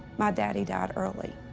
my daddy died early.